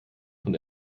von